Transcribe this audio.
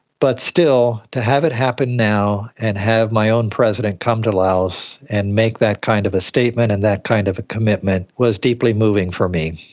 but still, to have it happen now and have my own president come to laos and make that kind of a statement and that kind of commitment was deeply moving for me.